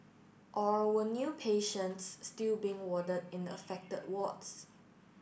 or were new patients still being warded in affected wards